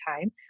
time